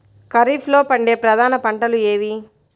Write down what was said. ఖరీఫ్లో పండే ప్రధాన పంటలు ఏవి?